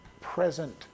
present